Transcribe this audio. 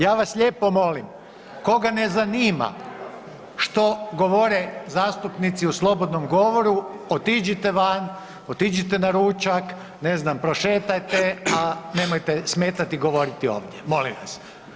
Ja vas lijepo molim, koga ne zanima, što govore zastupnici u slobodnom govoru, otiđite van, otiđite na ručak, ne znam, prošetajte, a nemojte smetati i govoriti ovdje, molim vas.